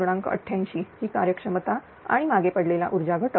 88 ही कार्यक्षमता आणि मागे पडलेला ऊर्जा घटक 0